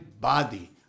body